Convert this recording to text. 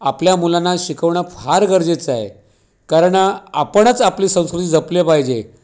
आपल्या मुलांना शिकवणं फार गरजेचं आहे कारण आपणच आपली संस्कृती जपली पाहिजे